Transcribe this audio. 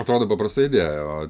atrodo paprasta idėja o